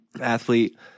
athlete